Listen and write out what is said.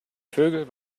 vögel